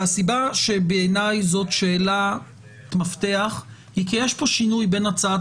הסיבה שזו שאלת מפתח היא כי יש פה שינוי בין הצעת